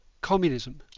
communism